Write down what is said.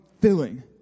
filling